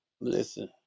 listen